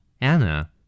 Anna